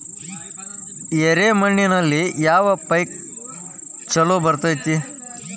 ಎರೆ ಮಣ್ಣಿನಲ್ಲಿ ಯಾವ ಪೇಕ್ ಛಲೋ ಬರತೈತ್ರಿ?